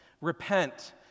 Repent